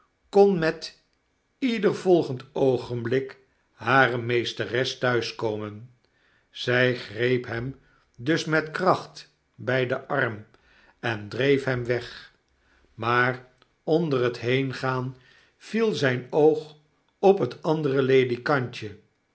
want natuurlyk konmetieder volgend oogenblik hare meesteres thuis komen zy greep hem dus met kracht by den arm en dreef hem weg maar onder het heengaan viel zyn oog op het andere ledikantje